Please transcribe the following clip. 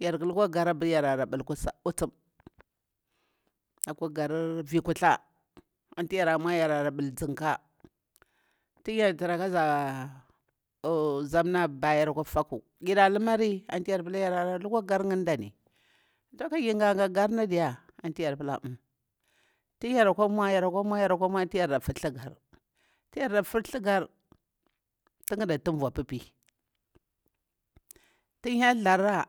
yarƙu lukwa gar yara ɓal kusa, usum akwa gar vikuthla anti yara nmwar yarah bal tsinka. Ti yar tra ka zah zamna babeh yaru akwa fallu, gire lumari athi yar palah yara lukwa gar ngan ɗani tun kagir ngah ngah garni diya, anti yar palah ah. Ya ri yarkwa nmwa yar kwa nmweh ti yara filti garti yara filtha gar, tin ngadu tanvuh pipi tin hyel tharrah